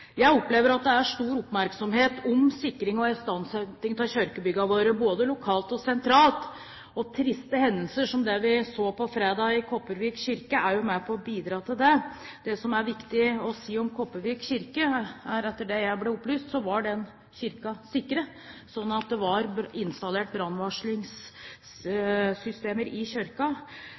Jeg opplever at det er stor oppmerksomhet om sikring og istandsetting av kirkebyggene våre, både lokalt og sentralt. Triste hendelser som det vi så på fredag med Kopervik kirke, er med på å bidra til det. Det som er viktig å si om Kopervik kirke, er at den kirken, etter det jeg har fått opplyst, var sikret – det var installert brannvarslingssystemer i kirken. Men det betyr ikke at det